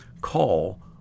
call